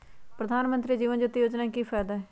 प्रधानमंत्री जीवन ज्योति योजना के की फायदा हई?